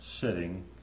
sitting